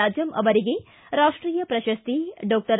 ರಾಜಂ ಅವರಿಗೆ ರಾಷ್ಷೀಯ ಪ್ರಶಸ್ತಿ ಡಾಕ್ಷರ್